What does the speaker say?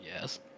Yes